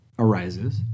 arises